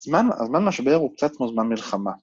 הזמן הזמן משבר הוא קצת כמו זמן מלחמה.